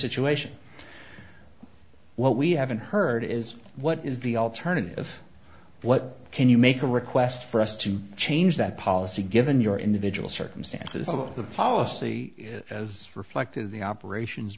situation what we haven't heard is what is the alternative what can you make a request for us to change that policy given your individual circumstances of the policy as reflected the operations